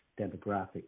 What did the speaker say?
demographic